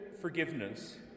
forgiveness